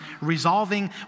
resolving